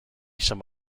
some